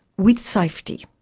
with safety.